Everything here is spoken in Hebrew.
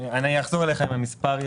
אחזור אליכם עם המספר.